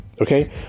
okay